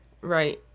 Right